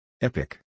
Epic